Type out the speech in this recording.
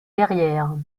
guerrière